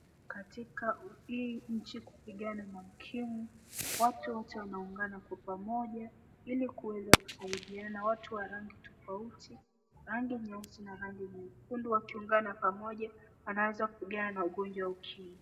Katika hii nchi kupigana na ukimwi, watu wote wanaungana kwa pamoja ilikuweza kusaidiana. Watu wa rangi tofauti, rangi nyeusi na rangi nyekundu wakiungana pamoja , wanaanza kupigana na ugonjwa wa ukimwi.